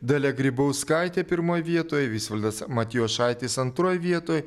dalia grybauskaitė pirmoj vietoj visvaldas matijošaitis antroj vietoj